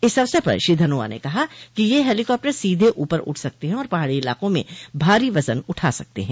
इस अवसर पर श्रो धनोआ ने कहा कि ये हैलीकॉप्टर सीधे ऊपर उठ सकते हैं और पहाड़ी इलाकों में भारी वजन उठा सकते हैं